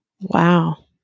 Wow